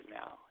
now